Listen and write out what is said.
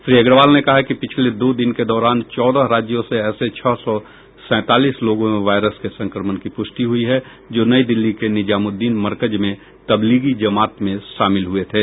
श्री अग्रवाल ने कहा कि पिछले दो दिन के दौरान चौदह राज्यों से ऐसे छह सौ सैंतालीस लोगों में वायरस के संक्रमण की पुष्टि हुई है जो नई दिल्ली के निजामुद्दीन मरकज में तबलीगी जमात में शामिल हुए थे